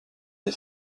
des